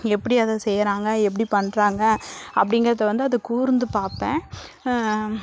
எப்படி அதை செய்யறாங்க எப்படி பண்ணுறாங்க அப்படிங்கறத வந்து அது கூர்ந்து பார்ப்பன்